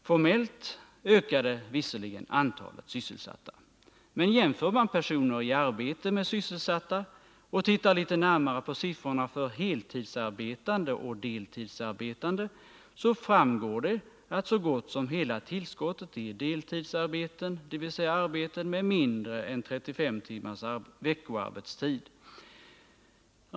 Formellt ökade visserligen antalet sysselsatta — men jämför man personer i arbete med sysselsatta och tittar litet närmare på siffrorna för heltidsarbetande och deltidsarbetande, så framgår det att så gott som hela tillskottet är deltidsarbeten, dvs. arbeten med mindre än 35 timmars veckoarbetstid.